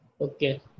Okay